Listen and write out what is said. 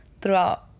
throughout